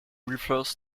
refers